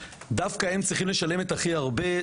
דווקא הם צריכים לשלם את הכי הרבה,